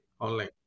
online